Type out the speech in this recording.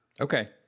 Okay